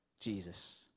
jesus